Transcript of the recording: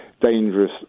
dangerous